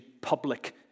public